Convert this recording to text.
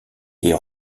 est